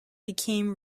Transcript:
became